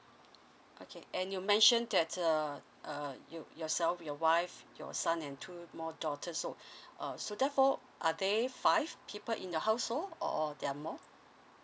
okay and you mention that err uh you yourself your wife your son and two more daughters so uh so therefore are they five people in your household or there are more